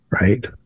right